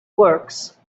works